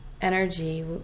energy